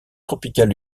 tropical